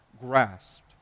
grasped